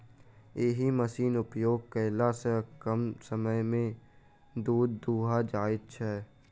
एहि मशीनक उपयोग कयला सॅ कम समय मे दूध दूहा जाइत छै